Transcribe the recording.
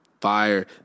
Fire